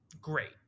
great